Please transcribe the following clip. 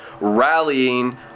rallying